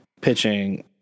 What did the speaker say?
pitching